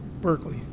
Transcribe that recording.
Berkeley